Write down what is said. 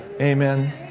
Amen